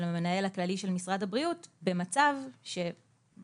המנהל הכללי של משרד הבריאות במצב שהכרנו,